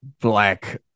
black